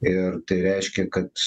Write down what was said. ir tai reiškia kad